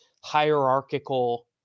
hierarchical